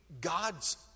God's